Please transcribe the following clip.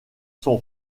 sont